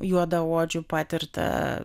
juodaodžių patirtą